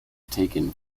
taken